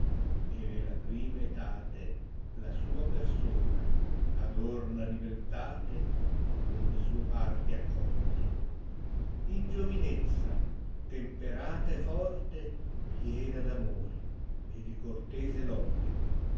e nella prima etate la sua persona adorna di eltate con le sue parti accorte in giovinezza temperata e forte piena d amore e di cortese lode